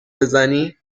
بزنی